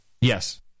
yes